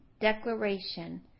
declaration